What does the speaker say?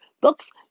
books